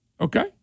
Okay